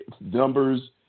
Numbers